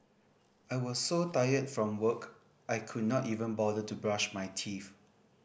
I was so tired from work I could not even bother to brush my teeth